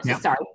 Sorry